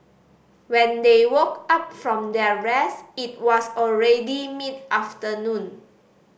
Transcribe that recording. when they woke up from their rest it was already mid afternoon